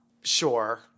sure